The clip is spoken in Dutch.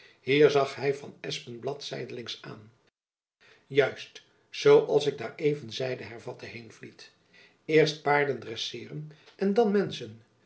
hier zag hy van espenblad zijdelings aan juist zoo als ik daar even zeide hervatte heenvliet eersf paarden dresseeren en dan menschen